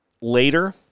later